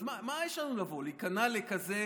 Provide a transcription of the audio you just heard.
מה יש לנו לבוא, להיכנע לכזה